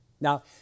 Now